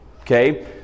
Okay